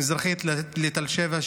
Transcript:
מזרחית לתל שבע,